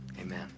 amen